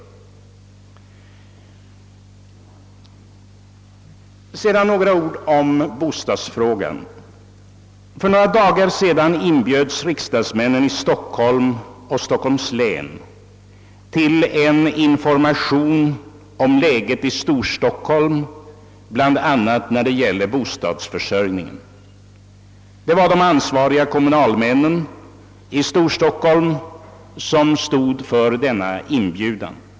Sedan några ord om bostadsfrågan. För några dagar sedan inbjöds riksdagsmännen i Stockholm och Stockholms län till en information om läget i Storstockholm, bland annat när det gäller bostadsförsörjningen. Det var de ansvariga kommunalmännen i Storstockholm som stod för denna inbjudan.